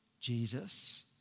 Jesus